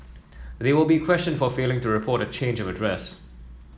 they will be questioned for failing to report a change of address